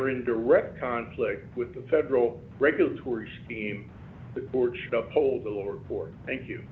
they're in direct conflict with the federal regulatory scheme the porch uphold the law report thank you